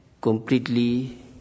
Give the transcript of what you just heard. completely